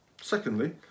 Secondly